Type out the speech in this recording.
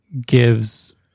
gives